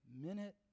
minute